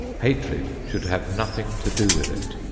hatred should have nothing to do with it.